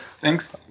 Thanks